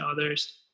others